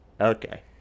Okay